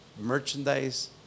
merchandise